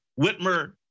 Whitmer